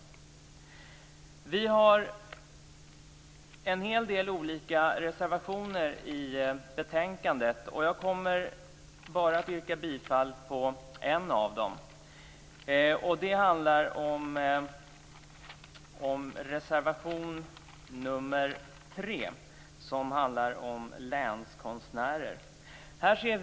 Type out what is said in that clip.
Av de reservationer som vi har fogat till betänkandet kommer jag att yrka bifall bara till reservation 3 som handlar om länskonstnärer.